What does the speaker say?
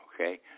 Okay